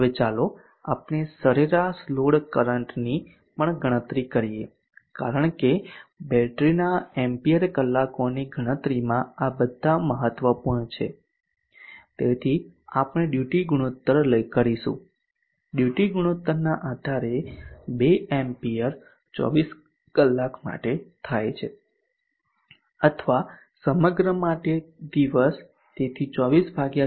હવે ચાલો આપણે સરેરાશ લોડ કરંટની પણ ગણતરી કરીએ કારણ કે બેટરીના એમ્પીયર કલાકોની ગણતરીમાં આ બધા મહત્વપૂર્ણ છે તેથી આપણે ડ્યુટી ગુણોત્તર કરીશું ડ્યુટી ગુણોત્તરના આધારે 2 એમ્પીયર 24 કલાક માટે થાય છે અથવા સમગ્ર માટે દિવસ તેથી 24 24